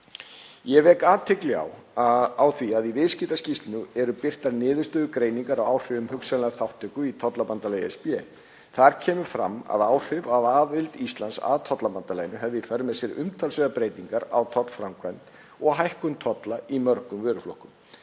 Ég vek athygli á því að í viðskiptaskýrslu eru birtar niðurstöður greiningar á áhrifum hugsanlegrar þátttöku í tollabandalagi ESB. Þar kemur fram að áhrif af aðild Íslands að tollabandalaginu hefðu í för með sér umtalsverðar breytingar á tollframkvæmd og hækkun tolla í mörgum vöruflokkum,